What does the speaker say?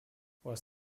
was